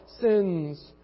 sins